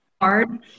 hard